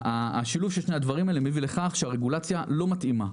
השילוב של שני הדברים הללו מביאים לכך שהרגולציה לא מתאימה.